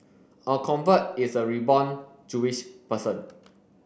a convert is a reborn Jewish person